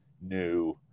new